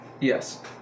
Yes